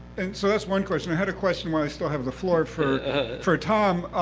and so that's one question. i had a question, while i still have the floor, for for tom.